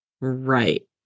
Right